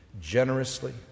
generously